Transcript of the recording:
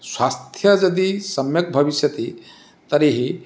स्वास्थ्यं यदि सम्यक् भविष्यति तर्हि